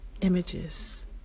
images